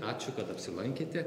ačiū kad apsilankėte